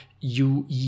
ue